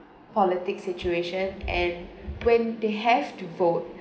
politics situation and when they have to vote